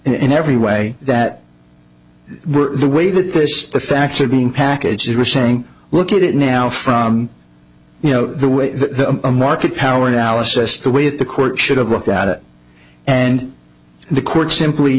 in every way that the way that this the facts are being packages are saying look at it now from you know the way the market power analysis the way that the court should have looked at it and the court simply